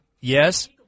yes